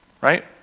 Right